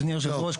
אדוני יושב הראש,